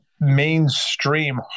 mainstream